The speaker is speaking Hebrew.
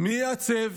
מי יעצב?